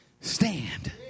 stand